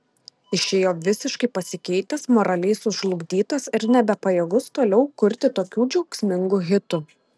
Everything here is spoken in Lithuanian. išėjo visiškai pasikeitęs moraliai sužlugdytas ir nebepajėgus toliau kurti tokių džiaugsmingų hitų